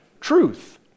Truth